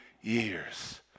years